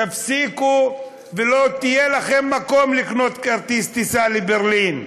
תפסיקו ולא יהיה לכם מקום לקנות כרטיס טיסה לברלין.